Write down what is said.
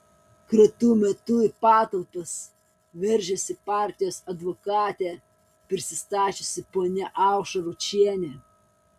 kratų metu į patalpas veržėsi partijos advokate prisistačiusi ponia aušra ručienė